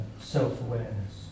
self-awareness